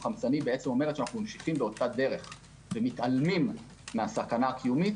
חמצני אומרת שאנו ממשיכים באותה דרך ומתעלמים מהסכנה הקיומית